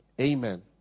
Amen